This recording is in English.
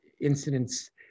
incidents